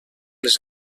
les